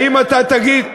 האם אתה תגיד,